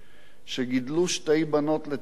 שגידלו שתי בנות לתפארת,